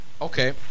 okay